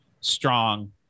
strong